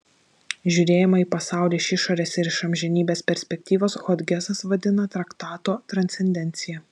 žiūrėjimą į pasaulį iš išorės ir iš amžinybės perspektyvos hodgesas vadina traktato transcendencija